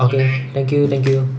okay thank you thank you